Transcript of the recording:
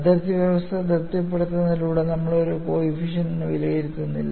അതിർത്തി വ്യവസ്ഥ തൃപ്തിപ്പെടുത്തുന്നതിലൂടെ നമ്മൾ ഒരു കോയിഫിഷ്ൻറെ വിലയിരുത്തുന്നില്ല